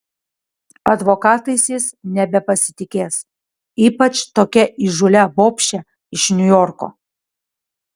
advokatais jis nebepasitikės ypač tokia įžūlia bobše iš niujorko